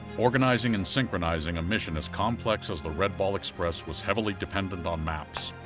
organizing and synchronizing a mission as complex as the red ball express was heavily dependent on maps,